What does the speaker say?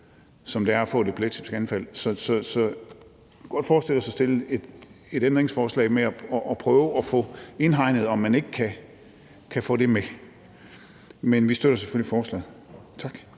som det er at få et epileptisk anfald. Så jeg kunne godt forestille mig, at vi stillede et ændringsforslag mere for at prøve at få indkredset, om man ikke kan få det med. Men vi støtter selvfølgelig forslaget. Tak.